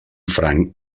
franc